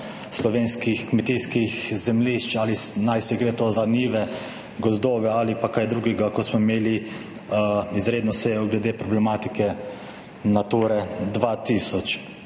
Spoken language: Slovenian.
slovenskih kmetijskih zemljišč, bodisi gre za njive, gozdove ali pa kaj drugega, ko smo imeli izredno sejo glede problematike Nature 2000.